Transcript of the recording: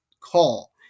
call